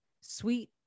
sweet